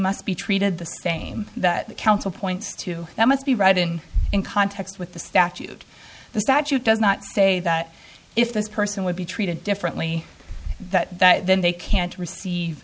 must be treated the same that the counsel points to that must be read in in context with the statute the statute does not say that if this person would be treated differently than that then they can't receive